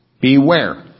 Beware